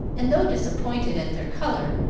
and, though disappointed at their color,